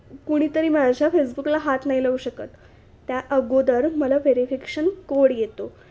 कुणीतरी माझ्या फेसबुकला हात नाही लावू शकत त्या अगोदर मला व्हेरीफिकेशन कोड येतो